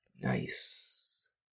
Nice